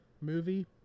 movie